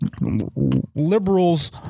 liberals